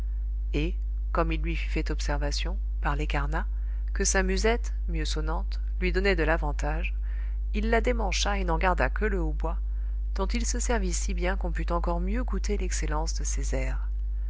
et comme il lui fut fait observation par les carnat que sa musette mieux sonnante lui donnait de l'avantage il la démancha et n'en garda que le hautbois dont il se servit si bien qu'on put encore mieux goûter l'excellence de ses airs